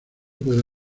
pueda